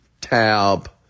tab